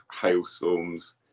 hailstorms